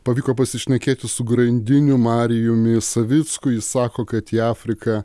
pavyko pasišnekėti su grandiniu marijumi savicku jis sako kad į afriką